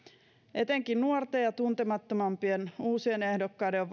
etenkin nuorten ja tuntemattomampien uusien ehdokkaiden on